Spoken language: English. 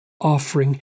offering